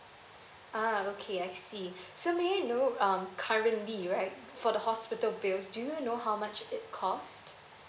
ah okay I see so may I know um currently right for the hospital bills do you know how much it cost